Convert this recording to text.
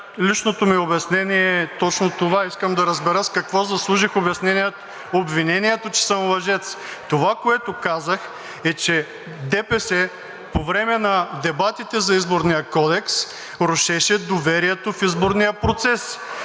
личното ми обяснение е точно това. Искам да разбера с какво заслужих обвинението, че съм лъжец? Това, което казах, е, че ДПС по време на дебатите за Изборния кодекс рушеше доверието в изборния процес.